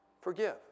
forgive